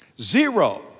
Zero